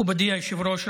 מכובדי היושב-ראש,